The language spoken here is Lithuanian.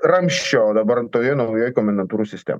ramsčio o dabar ant to vieno naujoji komendantūrų sistema